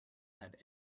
had